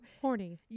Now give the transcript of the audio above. Horny